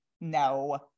no